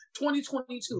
2022